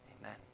Amen